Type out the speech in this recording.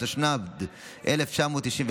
התשנ"ד 1994,